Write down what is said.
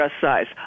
size